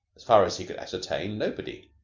as far as he could ascertain, nobody.